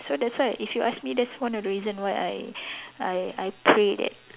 so that's why if you ask me that's one of the reason why I I I pray that